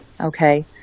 okay